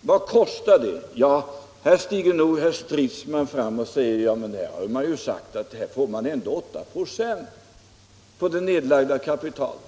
Vad kostar detta? Ja, här stiger nog herr Stridsman fram och säger: Man har ju sagt att man får 8 96 på det nedlagda kapitalet.